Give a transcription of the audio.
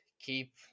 keep